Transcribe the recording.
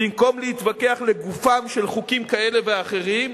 במקום להתווכח לגופם של חוקים כאלה ואחרים,